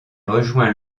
rejoint